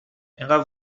انقد